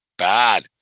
bad